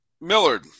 Millard